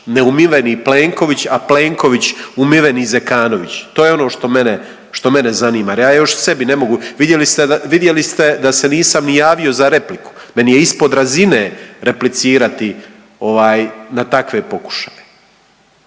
neumiveni Plenković, a Plenković umiveni Zekanović, to je ono što mene zanima jer ja još sebi ne mogu. Vidjeli ste da se nisam ni javio ni repliku, meni je ispod razine replicirati na takve pokušaje.